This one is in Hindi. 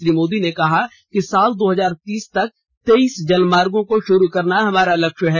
श्री मोदी ने कहा कि साल दो हजार तीस तक तेईस जलमार्गो को शुरू करना हमारा लक्ष्य है